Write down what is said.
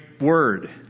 word